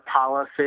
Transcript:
policy